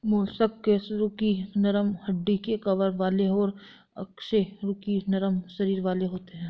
mollusc कशेरुकी नरम हड्डी के कवर वाले और अकशेरुकी नरम शरीर वाले होते हैं